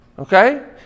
Okay